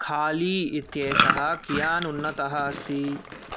खाली इत्येषः कियान् उन्नतः अस्ति